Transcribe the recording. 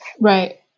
right